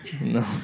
No